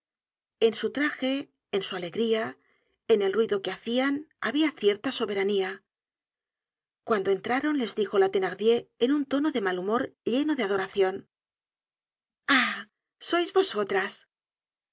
en su traje en su alegría en el ruido que hacian habia cierta soberanía cuando entraron les dijo la thenardier en un tono de mal humor lleno de adoracion ah sois vosotras